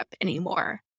anymore